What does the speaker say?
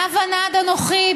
"נע ונד אנוכי.